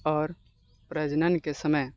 आओर प्रजननके समय